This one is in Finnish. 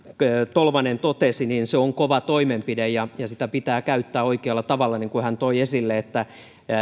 tolvanen totesi se on kova toimenpide ja ja sitä pitää käyttää oikealla tavalla niin kuin hän toi esille